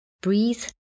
Breathe